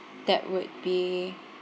that would be